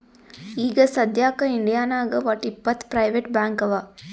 ಈಗ ಸದ್ಯಾಕ್ ಇಂಡಿಯಾನಾಗ್ ವಟ್ಟ್ ಇಪ್ಪತ್ ಪ್ರೈವೇಟ್ ಬ್ಯಾಂಕ್ ಅವಾ